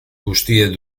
guztiek